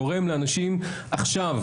גורם לאנשים עכשיו,